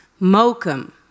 Mokum